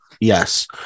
Yes